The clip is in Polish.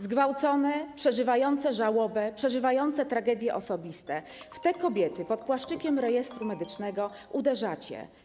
Zgwałcone, przeżywające żałobę, przeżywające tragedie osobiste - w te kobiety pod płaszczykiem rejestru medycznego uderzacie.